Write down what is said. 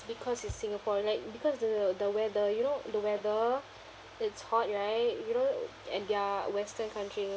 because it's singaporean like because the the weather you know the whether it's hot right you know and their western country